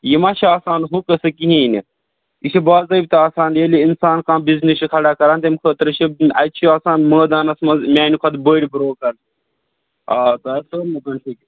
یہِ ما چھُ آسان ہہُ قصہٕ کہیٖنۍ نہٕ یہِ چھُ باضٲبطہٕ آسان ییٚلہِ اِنسان کانٛہہ بِزنس چھُ کھڑا کَران تمہِ خٲطرٕ چھِ اَتہِ چھُ آسان مٲدانَس منٛز میانہِ کھۄتہٕ بٔڑۍ بروکَر آ تۄہہِ آسہِ توٚرمُت ونۍ فکرِ